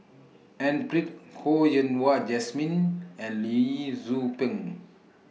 N Pritt Ho Yen Wah Jesmine and Lee Tzu Pheng